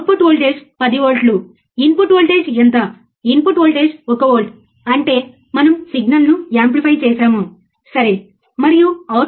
కాబట్టి మేము ఇక్కడ ఏమి చేసాము మేము ఫ్రీక్వెన్సీ జనరేటర్ను ఆపరేషనల్ యాంప్లిఫైయర్కు అనుసంధానించాము